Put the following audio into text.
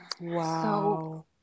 Wow